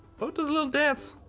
oh, it does a little dance.